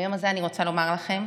ביום הזה אני רוצה לומר לכם: